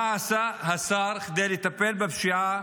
מה עשה השר כדי לטפל בפשיעה